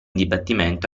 dibattimento